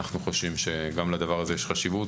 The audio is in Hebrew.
אנחנו חושבים שגם לדבר הזה יש חשיבות,